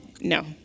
No